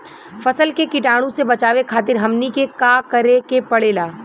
फसल के कीटाणु से बचावे खातिर हमनी के का करे के पड़ेला?